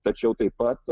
tačiau taip pat